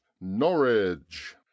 norwich